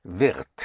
wird